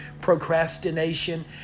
procrastination